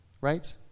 right